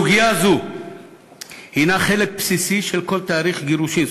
סוגיה זו הנה חלק בסיסי של כל תהליך גירושין,